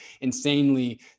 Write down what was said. insanely